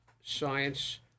science